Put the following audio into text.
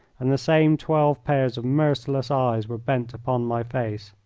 and the same twelve pairs of merciless eyes were bent upon my face.